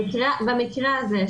במקרה הזה,